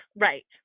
right